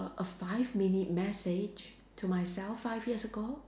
a five minute message to myself five years ago